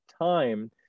time